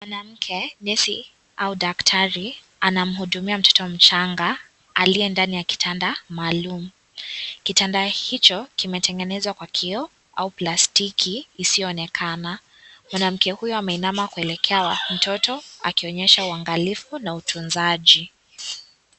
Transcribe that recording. Mwanamke, nesi au daktari anamhudumia mtoto mchanga aliye ndani ya kitanda maalum, kitanda hicho kimetengenezwa kwa kioo au plastiki isiyoonekana, mwanamke huyo ameinama kuelekea mtoto akionyesha uangalifu na utunzaji.